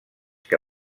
que